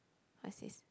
what's this